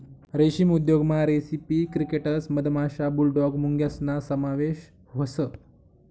रेशीम उद्योगमा रेसिपी क्रिकेटस मधमाशा, बुलडॉग मुंग्यासना समावेश व्हस